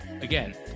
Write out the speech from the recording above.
Again